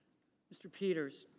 mr. peters.